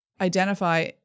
identify